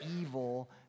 evil